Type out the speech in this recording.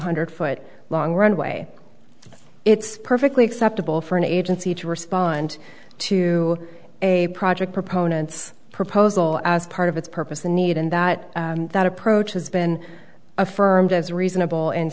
hundred foot long runway it's perfectly acceptable for an agency to respond to a project proponents proposal as part of its purpose the need and that that approach has been affirmed as reasonable and